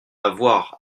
avoir